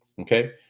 okay